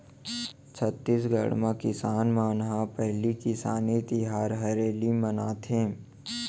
छत्तीसगढ़ म किसान मन ह पहिली किसानी तिहार हरेली मनाथे